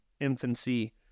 infancy